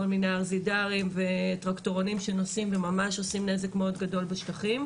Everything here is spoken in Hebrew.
כל מיני ארזידרים וטרקטורונים שנוסעים ועושים נזק מאוד גדול בשטחים,